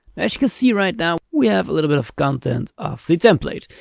as you can see right now we have a little bit of content of the template.